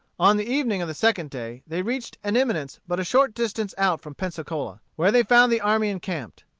on the evening of the second day, they reached an eminence but a short distance out from pensacola, where they found the army encamped.